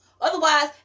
Otherwise